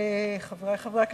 חברי חברי הכנסת,